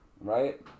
right